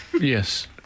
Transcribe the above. Yes